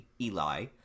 eli